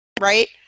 right